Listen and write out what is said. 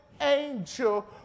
angel